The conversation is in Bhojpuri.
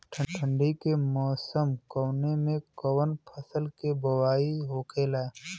ठंडी के मौसम कवने मेंकवन फसल के बोवाई होखेला?